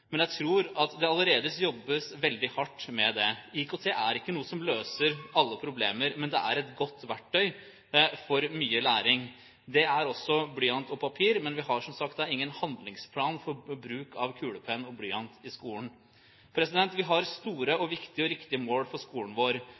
Men jeg tror at det allerede jobbes veldig hardt med det. IKT er ikke noe som løser alle problemer, men det er et godt verktøy for mye læring. Det er også blyant og papir, men vi har som sagt ingen handlingsplan for bruk av kulepenn og blyant i skolen. Vi har store, viktige og riktige mål for skolen vår.